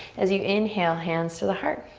as you inhale, hands to the heart.